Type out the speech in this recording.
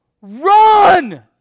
run